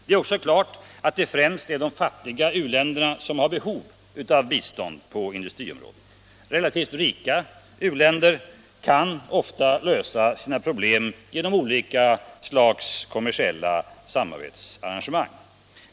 Det är också klart att det främst är de fattiga u-länderna som har behov av bistånd på industriområdet. Relativt rika u-länder kan ofta lösa sina problem genom olika slags kommersiella samarbetsarrangemang.